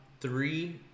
three